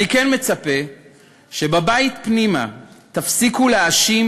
אני כן מצפה שבבית פנימה תפסיקו להאשים